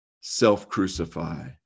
self-crucify